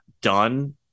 done –